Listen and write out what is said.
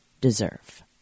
deserve